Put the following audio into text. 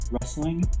wrestling